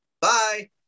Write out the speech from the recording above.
Bye